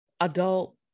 adult